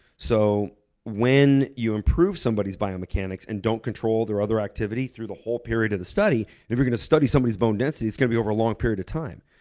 so when you improve somebody's biomechanics and don't control their other activity through the whole period of the study, if you're gonna study somebody's bone density, it's gonna be over a long period of time.